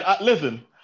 listen